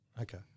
okay